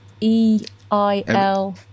E-I-L